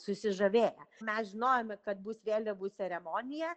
susižavėję mes žinojome kad bus vėliavų ceremonija